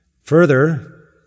Further